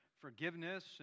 forgiveness